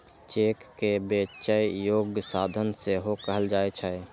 cheque कें बेचै योग्य साधन सेहो कहल जाइ छै